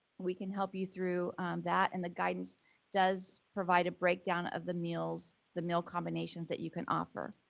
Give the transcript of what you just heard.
we can help you through that and the guidance does provide a breakdown of the meals, the meal combinations that you can offer.